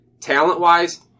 Talent-wise